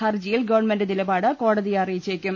ഹർജിയിൽ ഗവൺമെന്റ് നിലപാട് കോടതിയെ അറിയിച്ചേക്കും